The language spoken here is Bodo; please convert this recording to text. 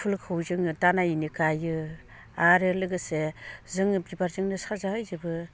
फुलिखौ जोङो दालायैनो गायो आरो लोगोसे जोङो बिबारजोंनो साजायजोबो